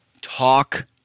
Talk